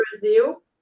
brazil